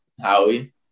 Howie